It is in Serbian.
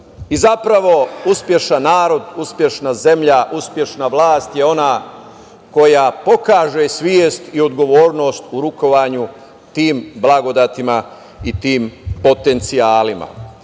uspešan narod, uspešna zemlja, uspešna vlast je ona koja pokaže svest i odgovornost u rukovanju tim blagodetima i tim potencijalima.U